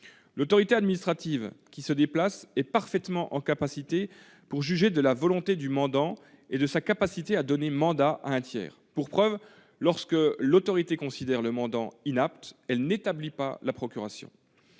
L'autorité administrative qui se déplace est parfaitement capable de juger de la volonté du mandant et de sa capacité à donner mandat à un tiers. J'en veux pour preuve le fait que, lorsque l'autorité considère le mandant inapte, elle n'établit pas la procuration.